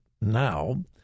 now